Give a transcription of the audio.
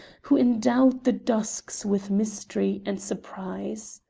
who endowed the dusks with mystery and surprise.